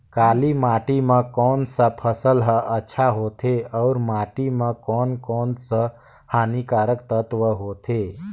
काली माटी मां कोन सा फसल ह अच्छा होथे अउर माटी म कोन कोन स हानिकारक तत्व होथे?